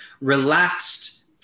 relaxed